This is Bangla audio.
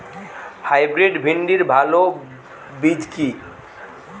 হাইব্রিড ভিন্ডির ভালো বীজ কি?